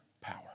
power